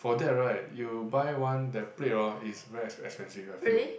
for that right you buy one that plate hor is very ex~ expensive I feel